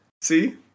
See